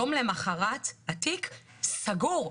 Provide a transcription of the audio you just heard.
יום למחרת התיק סגור.